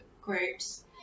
groups